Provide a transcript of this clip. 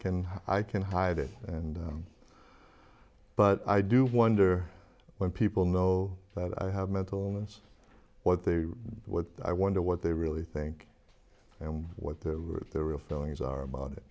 can i can hide it and but i do wonder when people know that i have mental illness what they what i wonder what they really think and what their route their real feelings are about it